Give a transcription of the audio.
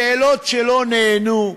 שאלות שלא נענו,